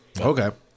Okay